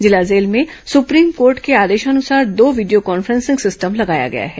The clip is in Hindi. जिला जेल में सुप्रीम कोर्ट के आदेशानुसार दो वीडियो कॉन्फ्रेंसिंग सिस्टम लगाया गया है